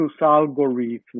algorithms